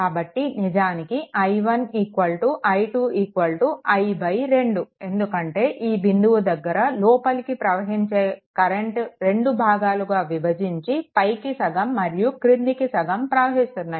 కాబట్టి నిజానికి i1 i2 i 2 ఎందుకంటే ఈ బిందువు దగ్గర లోపలికి ప్రవహించే కరెంట్ రెండు భాగాలుగా విభజించి పైకి సగం మరియు క్రిందికి సగం ప్రవహిస్తాయి